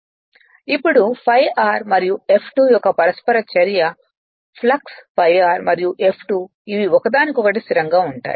ఇప్పుడు ∅r మరియు F2 యొక్క పరస్పర చర్య ఫ్లక్స్∅r మరియు F2 ఇవి ఒకదానికొకటి స్థిరంగా ఉంటాయి